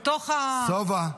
סובה,